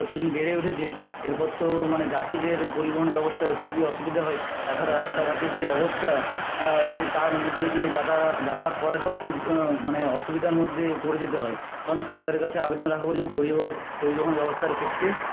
প্রতিদিন বেড়ে উঠেছে এরপর তো মানে যাত্তীদের পরিবহণ ব্যবস্থার খুবই অসুবিধা হয় তাছাড়া রাস্তাঘাটের যে অবস্থা সে তার মধ্যে দিয়ে যাতায়া যাতায়াত করাটাও খুব মানে অসুবিধার মধ্যে পড়ে যেতে হয় তো আমি সরকারের কাছে আবেদন রাখব যেন পরিবহ ব্যবস পরিবহণ ব্যবস্থার ক্ষেত্রে